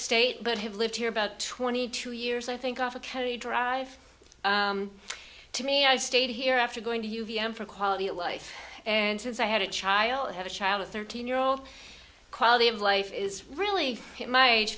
state but have lived here about twenty two years i think of a county drive to me i stayed here after going to you v m for quality of life and since i had a child have a child a thirteen year old quality of life is really my age